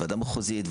ועדה מחוזית,